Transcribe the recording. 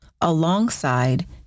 alongside